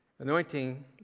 Anointing